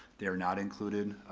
they're not included,